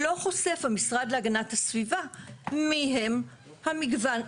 לא חושף המשרד להגנת הסביבה מי הם המגוון,